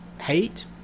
hate